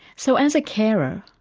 so as a carer,